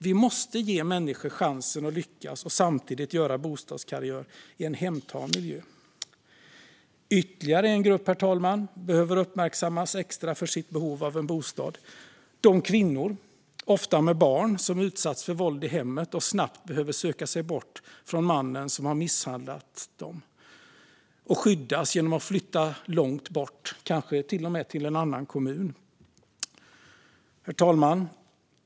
Vi måste ge människor chansen att lyckas och samtidigt göra bostadskarriär i en hemtam miljö. Herr talman! Ytterligare en grupp behöver uppmärksammas extra för sitt behov av en bostad, nämligen de kvinnor - ofta med barn - som har utsatts för våld i hemmet och snabbt behöver söka sig bort från mannen som har misshandlat dem och som behöver skyddas genom att flytta långt bort, kanske till och med till en annan kommun. Herr talman!